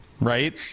right